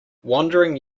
wandering